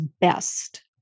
best